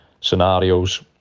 scenarios